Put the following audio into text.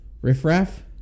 Riffraff